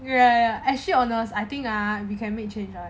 ya actually honest I think ah we can make change [one]